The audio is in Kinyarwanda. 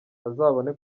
azabone